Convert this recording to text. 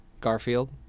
Garfield